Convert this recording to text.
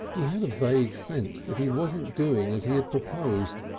he had a vague sense that he wasn't doing as he had proposed,